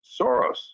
Soros